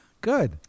Good